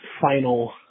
final